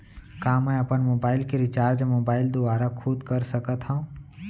का मैं अपन मोबाइल के रिचार्ज मोबाइल दुवारा खुद कर सकत हव?